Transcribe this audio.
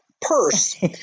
purse